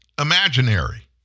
imaginary